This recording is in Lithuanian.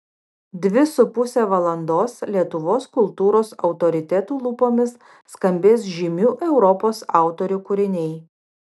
dvi su puse valandos lietuvos kultūros autoritetų lūpomis skambės žymių europos autorių kūriniai